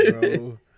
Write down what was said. bro